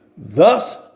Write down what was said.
Thus